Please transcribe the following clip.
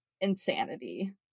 insanity